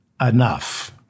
Enough